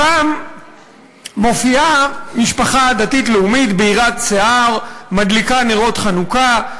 שם מופיעה משפחה דתית-לאומית בהירת שיער מדליקה נרות חנוכה,